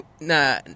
nah